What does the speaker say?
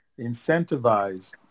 incentivized